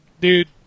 Dude